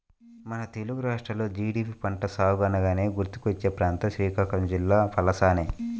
మన తెలుగు రాష్ట్రాల్లో జీడి పంట సాగు అనగానే గుర్తుకొచ్చే ప్రాంతం శ్రీకాకుళం జిల్లా పలాసనే